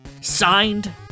signed